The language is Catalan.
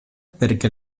perquè